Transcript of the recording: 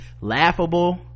laughable